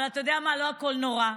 אבל אתה יודע מה, לא הכול נורא,